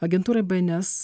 agentūrai bns